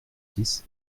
six